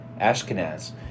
Ashkenaz